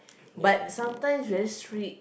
but sometimes very strict